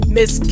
Miss